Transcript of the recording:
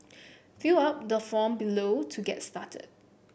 fill out the form below to get started